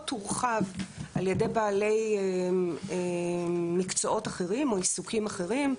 תורחב על ידי בעלי מקצועות אחרים או עיסוקים אחרים.